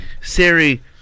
Siri